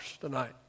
tonight